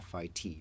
FIT